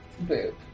Boop